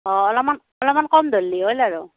অঁ অলপমান অলপমান কম ধৰিলে হ'ল আৰু